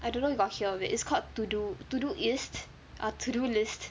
I don't know if you got hear it it's called to do to do east err to do list